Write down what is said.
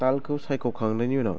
तालखौ सायख'खांनायनि उनाव